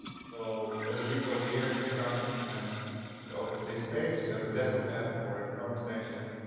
so there's a link over here, click on it and then it opens this page. you have a desktop app or a chrome extension.